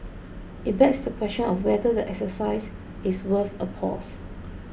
it begs the question of whether the exercise is worth a pause